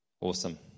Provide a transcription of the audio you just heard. Awesome